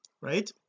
right